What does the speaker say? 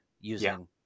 using